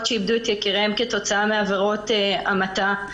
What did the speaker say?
שאיבדו את יקיריהן כתוצאה מעבירות המתה.